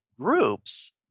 groups